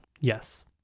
Yes